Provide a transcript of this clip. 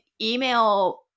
email